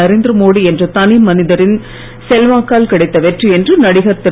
நரேந்திர மோடி என்ற தனி மனிதரின் செல்வாக்கால் கிடைத்த வெற்றி என்று நடிகர் திரு